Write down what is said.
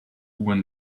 when